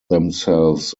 themselves